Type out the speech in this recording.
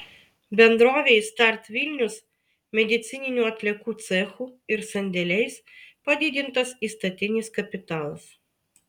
bendrovei start vilnius medicininių atliekų cechu ir sandėliais padidintas įstatinis kapitalas